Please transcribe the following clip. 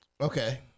Okay